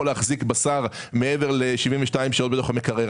להחזיק בשר מעבר ל-72 שעות בתוך המקרר.